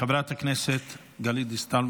חברת הכנסת גלית דיסטל,